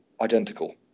identical